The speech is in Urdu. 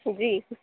جی